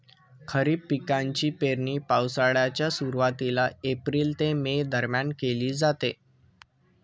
खरीप पिकांची पेरणी पावसाळ्याच्या सुरुवातीला एप्रिल ते मे दरम्यान केली जाते